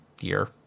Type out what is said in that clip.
year